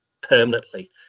permanently